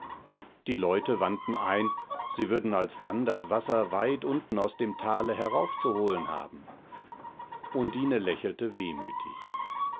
die leute wandten ein sie würden alsdann das wasser weit unten aus dem tale heraufzuholen haben undine lächelte wehmütig